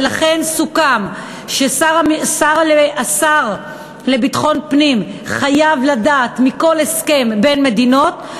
ולכן סוכם שהשר לביטחון פנים חייב לדעת על כל הסכם בין מדינות,